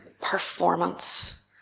performance